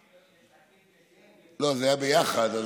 לא, זה היה ביחד.